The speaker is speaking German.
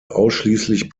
ausschließlich